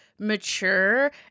Mature